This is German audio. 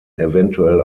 eventuell